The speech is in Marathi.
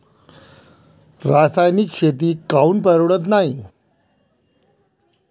रासायनिक शेती काऊन परवडत नाई?